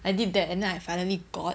I did that and then I finally got